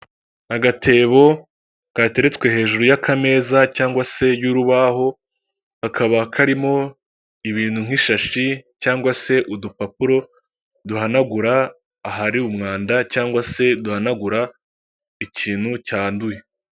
Agatebo kateretswe hejuru y'akameza cyangwa se y'urubaho, kakaba karimo ibintu nk'ishashi cyangwa se udupapuro duhanagura ahari umwanda cyangwa se duhanagura ikintu cyanduye.